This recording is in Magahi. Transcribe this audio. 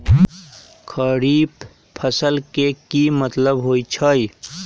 खरीफ फसल के की मतलब होइ छइ?